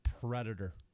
Predator